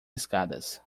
escadas